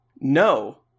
No